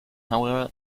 however